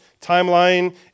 timeline